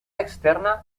externa